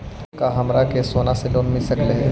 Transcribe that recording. का हमरा के सोना से लोन मिल सकली हे?